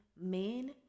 men